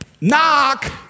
Knock